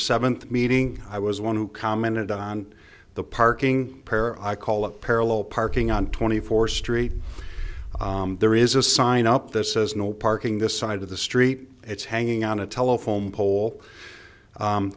seventh meeting i was one who commented on the parking prayer i call it parallel parking on twenty fourth street there is a sign up there says no parking this side of the street it's hanging on a telephone pole